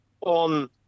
on